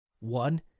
One